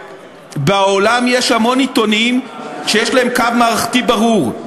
בעולם יש המון עיתונים שיש להם קו מערכתי ברור.